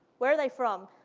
where are they from?